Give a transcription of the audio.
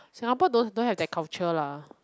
singapore don't don't have that culture lah